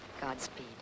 Godspeed